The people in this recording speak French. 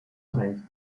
rêve